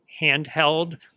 handheld